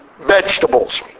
vegetables